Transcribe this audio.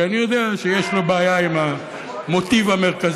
כי אני יודע שיש לו בעיה עם המוטיב המרכזי.